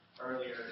Earlier